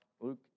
Luke